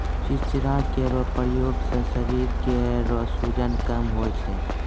चिंचिड़ा केरो प्रयोग सें शरीर केरो सूजन कम होय छै